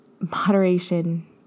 Moderation